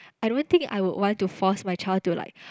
I don't think I would want to force my child to like